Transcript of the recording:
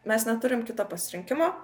mes neturim kito pasirinkimo